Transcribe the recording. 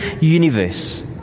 universe